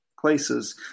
places